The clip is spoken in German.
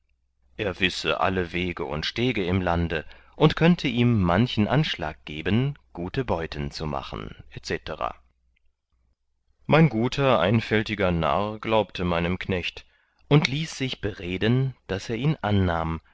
er wisse alle wege und stege im lande und könnte ihm manchen anschlag geben gute beuten zu machen etc mein guter einfältiger narr glaubte meinem knecht und ließ sich bereden daß er ihn annahm